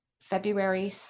February